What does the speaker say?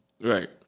Right